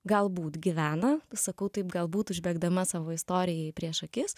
galbūt gyvena sakau taip galbūt užbėgdama savo istorijai prieš akis